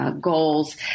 goals